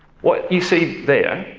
what you see there